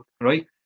right